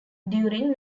during